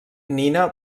nina